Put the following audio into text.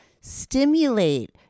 stimulate